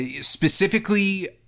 specifically